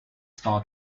star